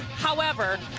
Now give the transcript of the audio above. however,